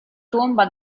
tomba